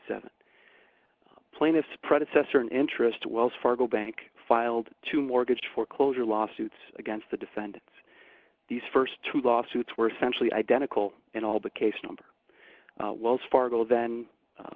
seventeen plaintiffs predecessor an interest wells fargo bank filed to mortgage foreclosure lawsuits against the defendants these st two lawsuits were essentially identical in all the case number wells fargo then